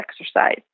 exercise